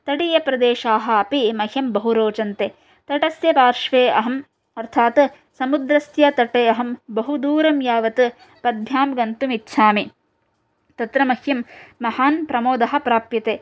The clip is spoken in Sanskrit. तटीयप्रदेशाः अपि मह्यं बहु रोचन्ते तटस्य पार्श्वे अहम् अर्थात् समुद्रस्य तटे अहं बहुदूरं यावत् पद्भ्यां गन्तुम् इच्छामि तत्र मह्यं महान् प्रमोदः प्राप्यते